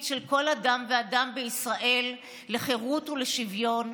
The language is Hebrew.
של כל אדם ואדם בישראל לחירות ולשוויון,